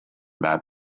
that